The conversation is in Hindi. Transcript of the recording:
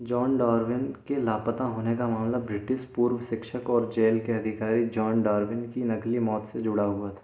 जॉन डार्विन के लापता होने का मामला ब्रिटिस पूर्व शिक्षक और जेल के अधिकारी जॉन डार्विन की नकली मौत से जुड़ा हुआ था